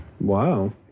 Wow